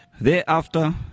Thereafter